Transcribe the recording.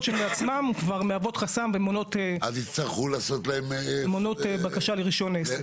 שכשלעצמן כבר מהוות חסם ומונעות בקשה לרישיון עסק.